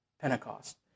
Pentecost